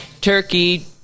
turkey